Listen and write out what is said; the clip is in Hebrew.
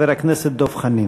חבר הכנסת דב חנין.